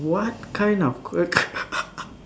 what kind of ques~